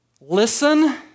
listen